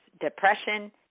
depression